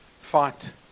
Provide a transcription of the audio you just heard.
fight